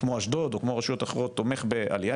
כמו אשדוד או כמו רשויות אחרות, תומכות בעלייה.